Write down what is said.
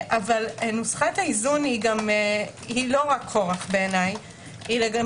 אבל נוסחת האיזון היא לא רק כורח בעיניי אלא גם